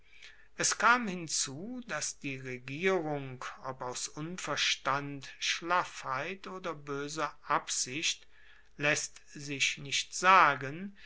es kam hinzu dass die regierung ob aus unverstand schlaffheit oder boeser absicht laesst sich nicht sagen